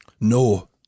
No